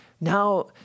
now